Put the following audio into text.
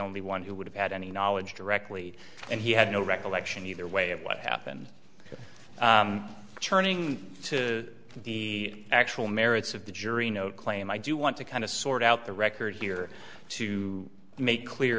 only one who would have had any knowledge directly and he had no recollection either way of what happened turning to the actual merits of the jury no claim i do want to kind of sort out the record here to make clear